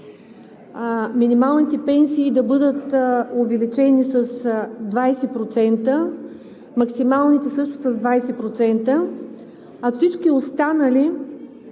минималните пенсии да бъдат увеличени с 20%, максималните също с 20%, а всички останали